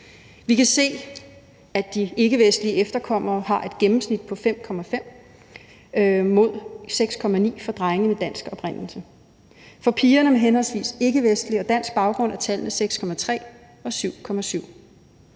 Vi kan se, at de ikkevestlige efterkommere har et gennemsnit på 5,5 mod 6,9 for drenge med dansk oprindelse. For pigerne med henholdsvis ikkevestlig og dansk baggrund er tallene 6,3 og 7,7.